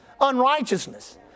unrighteousness